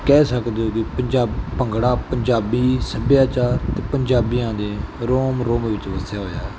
ਕਹਿ ਸਕਦੇ ਹੋ ਵੀ ਪੰਜਾਬ ਭੰਗੜਾ ਪੰਜਾਬੀ ਸੱਭਿਆਚਾਰ ਅਤੇ ਪੰਜਾਬੀਆਂ ਦੇ ਰੋਮ ਰੋਮ ਵਿੱਚ ਵਸਿਆ ਹੋਇਆ ਹੈ